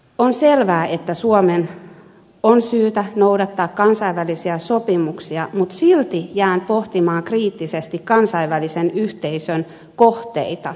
on selvää että suomen on syytä noudattaa kansainvälisiä sopimuksia mutta silti jään pohtimaan kriittisesti kansainvälisen yhteisön kohteita